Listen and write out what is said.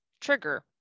trigger